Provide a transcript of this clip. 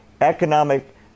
economic